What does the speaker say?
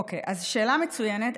אוקיי, שאלה מצוינת.